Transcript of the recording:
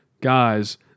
guys